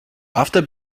after